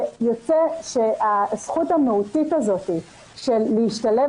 יוצא שהזכות המהותית הזאת של להשתלב